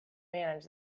manage